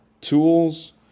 tools